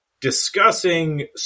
discussing